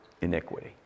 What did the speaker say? iniquity